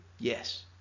Yes